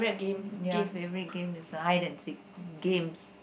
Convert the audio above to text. ya favorite game is hide and seek games